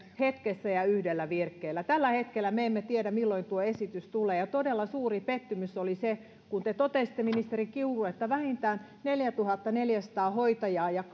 hetkessä ja yhdellä virkkeellä tällä hetkellä me emme tiedä milloin tuo esitys tulee ja todella suuri pettymys oli se että kun te totesitte ministeri kiuru että vähintään neljätuhattaneljäsataa hoitajaa ja